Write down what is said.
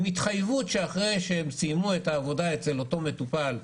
עם התחייבות שאחרי שהם סיימו את העבודה אצל אותו מטופל,